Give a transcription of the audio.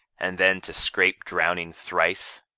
and then to scape drowning thrice,